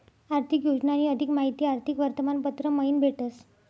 आर्थिक योजनानी अधिक माहिती आर्थिक वर्तमानपत्र मयीन भेटस